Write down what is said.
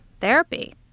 therapy